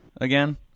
again